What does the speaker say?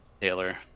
Taylor